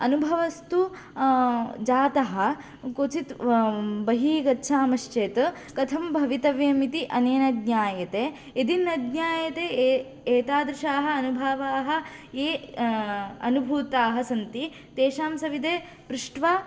अनुभवस्तु जातः क्वचित् बहिः गच्छामश्चेत् कथं भवितव्यमिति अनेन ज्ञायते यदि न ज्ञायते ए एतादृशाः अनुभवाः ये अनुभूताः सन्ति तेषां सविधे पृष्ट्वा